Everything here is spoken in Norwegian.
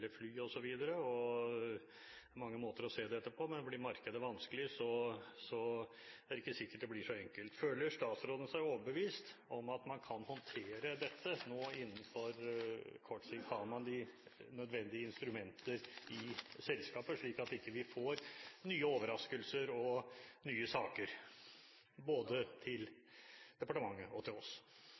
fly osv. Det er mange måter å se dette på, men blir markedet vanskelig, er det ikke sikkert det blir så enkelt. Føler statsråden seg overbevist om at man kan håndtere dette innenfor kort sikt? Har man de nødvendige instrumenter i selskapet, slik at vi ikke får nye overraskelser og nye saker – både til departementet og til oss?